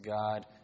God